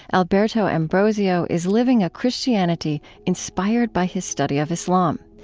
alberto ambrosio is living a christianity inspired by his study of islam.